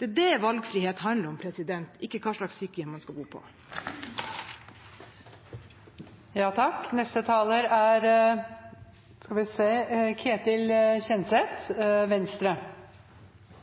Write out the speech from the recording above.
Det er det valgfrihet handler om – ikke hva slags sykehjem man skal bo